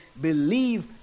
Believe